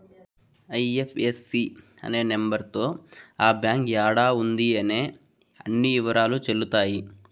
IFSC number తో ఆ bank యాడా ఉంది అనే అన్ని ఇవరాలు తెలుత్తాయి